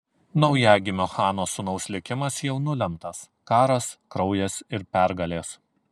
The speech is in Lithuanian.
naujagimio chano sūnaus likimas jau nulemtas karas kraujas ir pergalės